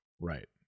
Right